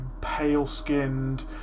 pale-skinned